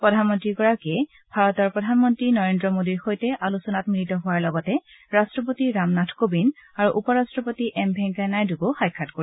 প্ৰধানমন্ত্ৰীগৰাকীয়ে ভাৰতৰ প্ৰধানমন্ত্ৰী নৰেন্দ্ৰ মোডীৰ সৈতে আলোচনাত মিলিত হোৱাৰ লগতে ৰাট্টপতি ৰামনাথ কোৱিন্দ আৰু উপ ৰাট্টপতি এম ভেংকায়া নাইডুকো সাক্ষাৎ কৰিব